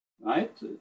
right